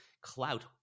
clout